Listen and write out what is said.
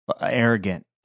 arrogant